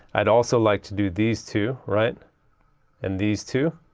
i'd also like to do these two right and these two.